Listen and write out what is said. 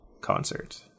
concert